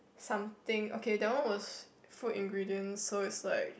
something okay that one was food ingredient so is like